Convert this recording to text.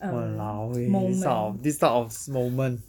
!walao! eh this type of this type of moment